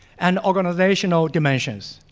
and organizational dimensions.